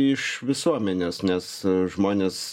iš visuomenės nes žmonės